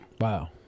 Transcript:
Wow